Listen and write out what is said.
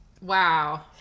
Wow